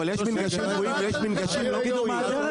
אבל יש מינגשים קבועים ויש מינגשים לא קבועים.